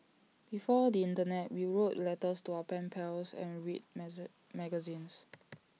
before the Internet we wrote letters to our pen pals and read magazines